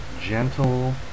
gentle